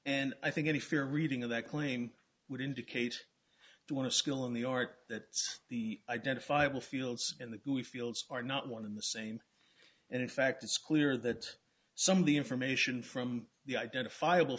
and i think any fair reading of that claim would indicate to want to skill in the art that the identifiable fields in the fields are not one in the same and in fact it's clear that some of the information from the identifiable